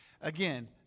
Again